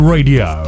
Radio